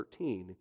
13